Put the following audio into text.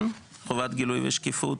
- חובת גילוי ושקיפות.